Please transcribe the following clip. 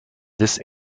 this